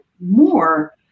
more